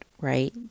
right